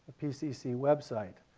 pcc website.